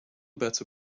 better